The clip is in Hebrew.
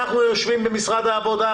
אנחנו יושבים במשרד העבודה,